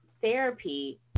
therapy